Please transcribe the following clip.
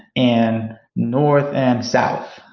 and north and south.